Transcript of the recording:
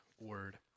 word